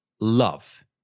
love